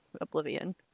oblivion